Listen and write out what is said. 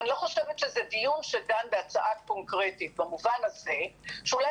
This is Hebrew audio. אני חושבת שזה לא דיון שדן בהצעה קונקרטית במובן הזה שאולי